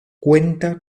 cuenta